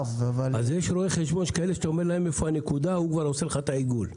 יש רואה חשבון שאתה אומר לו איפה הנקודה והוא כבר משרטט את העיגול.